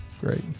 Great